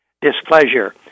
displeasure